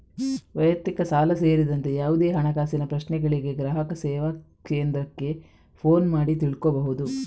ವೈಯಕ್ತಿಕ ಸಾಲ ಸೇರಿದಂತೆ ಯಾವುದೇ ಹಣಕಾಸಿನ ಪ್ರಶ್ನೆಗಳಿಗೆ ಗ್ರಾಹಕ ಸೇವಾ ಕೇಂದ್ರಕ್ಕೆ ಫೋನು ಮಾಡಿ ತಿಳ್ಕೋಬಹುದು